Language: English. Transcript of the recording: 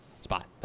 spot